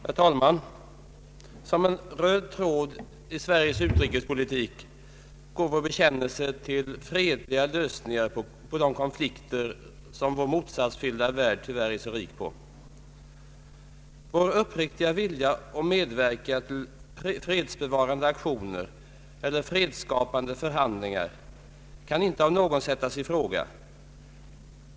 Herr talman! Som en röd tråd i Sveriges utrikespolitik går vår bekännelse till fredliga lösningar på de konflikter som vår motsatsfyllda värld tyvärr är så rik på. Vår uppriktiga vilja att medverka till fredsbevarande aktioner eller fredsskapande förhandlingar kan inte av någon sättas i fråga.